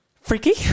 Freaky